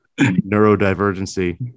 neurodivergency